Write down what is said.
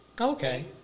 okay